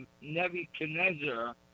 Nebuchadnezzar